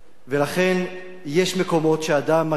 יש מקומות שאדם מגיע אליהם,